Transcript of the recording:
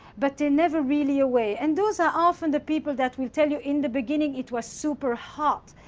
but they're never really away. and those are often the people that will tell you, in the beginning, it was super hot.